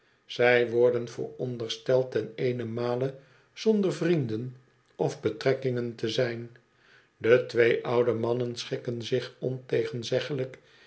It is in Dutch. zij worden voorondersteld ten eenenmale zonder vrienden of betrekkingen te zijn de twee oude mannen schikken zich